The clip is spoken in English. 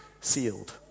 sealed